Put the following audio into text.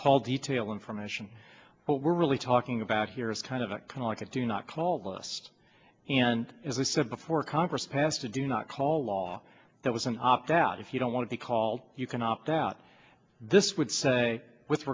call detail information but we're really talking about here is kind of a kind of like a do not call list and as i said before congress passed a do not call law that was an opt out if you don't want to call you can opt out this would say with